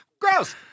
Gross